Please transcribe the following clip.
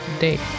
day